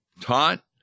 taught